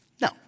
No